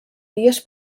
vies